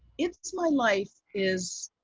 it's my life is,